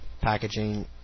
packaging